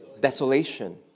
desolation